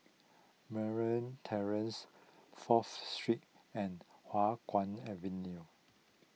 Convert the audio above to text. Murray Terrace Fourth Street and Hua Guan Avenue